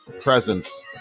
presence